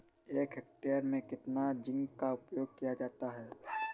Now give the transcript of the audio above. एक हेक्टेयर में कितना जिंक का उपयोग किया जाता है?